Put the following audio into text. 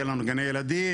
יהיה לנו גני ילדים,